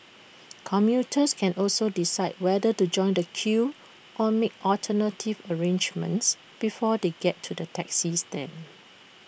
commuters can also decide whether to join the queue or make alternative arrangements before they get to the taxi stand